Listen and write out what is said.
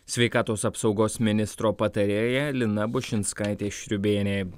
sveikatos apsaugos ministro patarėja lina bušinskaitė šriūbėnė